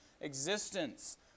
existence